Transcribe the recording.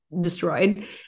destroyed